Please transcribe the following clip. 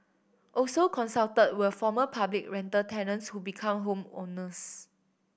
also consulted were former public rental tenants who become home owners